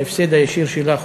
ההפסד החודשי הישיר שלה,